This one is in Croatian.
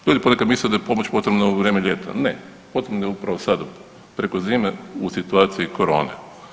Ljudi ponekad misle da je pomoć potrebna u vrijeme ljeta, ne, potrebna je upravo sada preko zime u situaciji korone.